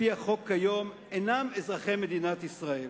על-פי החוק היום, אינם אזרחי מדינת ישראל.